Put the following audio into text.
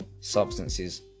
substances